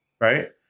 right